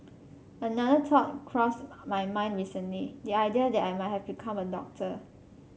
another thought crossed my mind recently the idea that I might have become a doctor